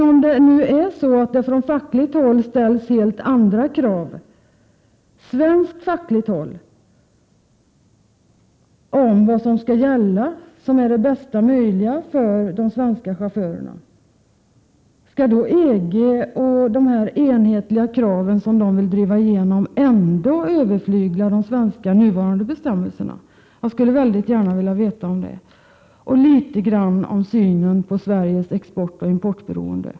Om det från svenskt fackligt håll ställs helt andra krav på vad som skall gälla, det bästa möjliga för de svenska chaufförerna, skall då EG:s enhetliga krav — som man nu vill driva igenom — ändå överflygla de nuvarande svenska bestämmelserna? Detta skulle jag också väldigt gärna vilja veta, liksom litet grand om synen på Sveriges exportoch importberoende.